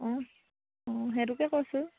অঁ অঁ সেইটোকে কৈছোঁ